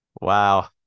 Wow